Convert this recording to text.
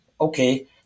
okay